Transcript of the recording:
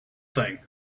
thing